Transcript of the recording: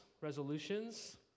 resolutions